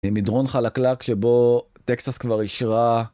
מדרון חלקלק כשבו טקסס כבר אישרה.